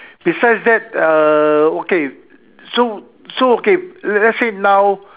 besides that uh okay so so okay let's say now